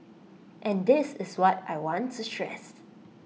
and this is what I want to